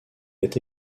est